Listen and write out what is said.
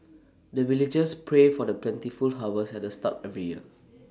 the villagers pray for the plentiful harvest at the start every year